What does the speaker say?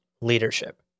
leadership